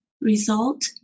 result